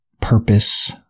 purpose